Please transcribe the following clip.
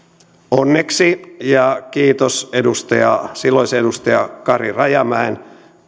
onneksi ja kiitos silloisen edustaja kari rajamäen